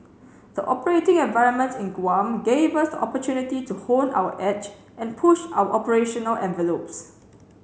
the operating environment in Guam gave us the opportunity to hone our edge and push our operational envelopes